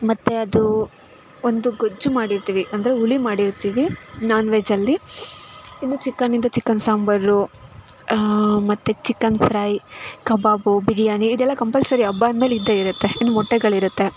ಮತ್ತು ಅದು ಒಂದು ಗೊಜ್ಜು ಮಾಡಿರ್ತೀವಿ ಅಂದರೆ ಹುಳಿ ಮಾಡಿರ್ತೀವಿ ನಾನ್ ವೆಜ್ಜಲ್ಲಿ ಇನ್ನು ಚಿಕನಿಂದ ಚಿಕನ್ ಸಾಂಬಾರು ಮತ್ತು ಚಿಕನ್ ಫ್ರೈ ಕಬಾಬು ಬಿರಿಯಾನಿ ಇದೆಲ್ಲ ಕಂಪಲ್ಸರಿ ಹಬ್ಬ ಅಂದ್ಮೇಲೆ ಇದ್ದೇ ಇರುತ್ತೆ ಇನ್ನು ಮೊಟ್ಟೆಗಳಿರುತ್ತೆ